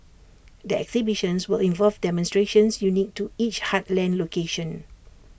the exhibitions will involve demonstrations unique to each heartland location